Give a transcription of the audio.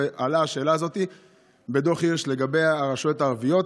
ועלתה השאלה בדוח הירש לגבי הרשויות הערביות.